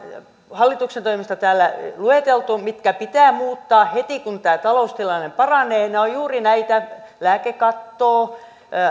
hallituksen toimesta täällä luetelleet mitkä pitää muuttaa heti kun tämä taloustilanne paranee ovat juuri näitä lääkekattoa